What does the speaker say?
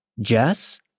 Jess